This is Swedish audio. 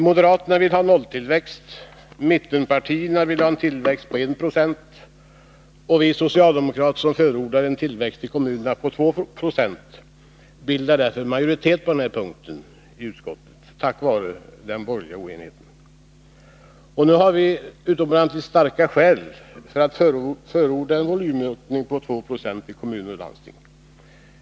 Moderaterna vill ha nolltillväxt, och mittenpartierna vill ha en tillväxt på 196. Vi socialdemokrater, som förordar en tillväxt i kommunerna på 2926, bildar därför majoritet i utskottet, tack vare den borgerliga oenigheten. Nu har vi utomordentligt starka skäl för att förorda en volymökning på 2 20 i kommuner och landsting.